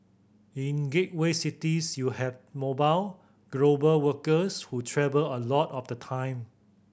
in gateway cities you have mobile global workers who travel a lot of the time